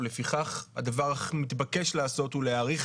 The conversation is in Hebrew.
ולפיכך הדבר המתבקש לעשות הוא להאריך